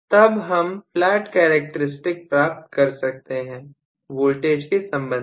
तब हम flat characteristic प्राप्त कर सकते हैं वोल्टेज के संबंध में